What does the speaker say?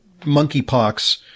monkeypox